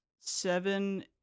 seven